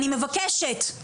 אני מבקשת,